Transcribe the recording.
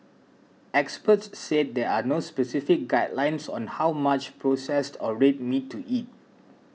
experts said there are no specific guidelines on how much processed or red meat to eat